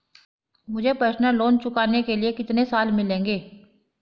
मुझे personal loan चुकाने के लिए कितने साल मिलेंगे?